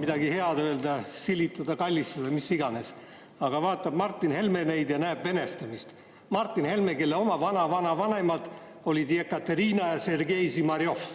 midagi head öelda, neid silitada, kallistada, mis iganes. Aga vaatab Martin Helme neid – ja näeb venestamist. Martin Helme, kelle oma vanavanavanemad olid Jekaterina ja Sergei Zimarjov.